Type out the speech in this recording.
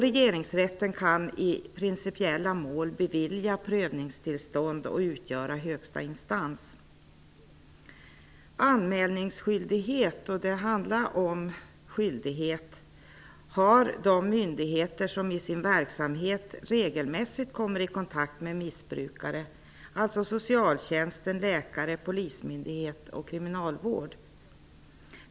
Regeringsrätten kan i principiella mål bevilja prövningstillstånd och utgöra högsta instans. Anmälningsskyldighet -- och det handlar verkligen om en skyldighet -- har de myndigheter som i sin verksamhet regelmässigt kommer i kontakt med missbrukare, alltså socialtjänst, läkare, polismyndighet och kriminalvård.